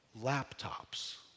laptops